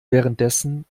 währenddessen